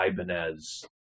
Ibanez